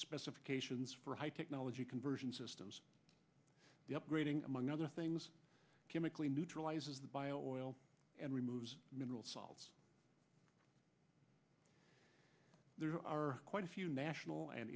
specifications for high technology conversion systems the upgrading among other things chemically neutralizes the bio oil and removes mineral solves there are quite a few national and